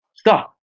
stop